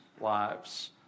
lives